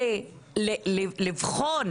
כדי שיוכלו לבחון